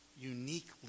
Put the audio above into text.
uniquely